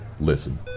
listen